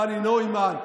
דני נוימן,